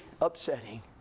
upsetting